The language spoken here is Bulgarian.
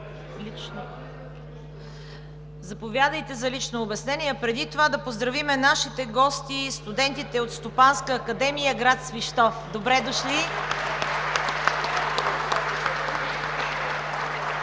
Заповядайте за лично обяснение! Преди това да поздравим нашите гости – студентите от Стопанска академия, град Свищов. Добре дошли!